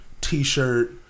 T-shirt